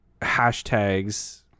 hashtags